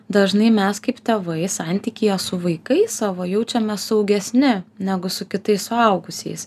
dažnai mes kaip tėvai santykyje su vaikais savo jaučiamės saugesni negu su kitais suaugusiais